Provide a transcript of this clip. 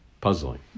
Puzzling